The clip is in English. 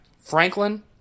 Franklin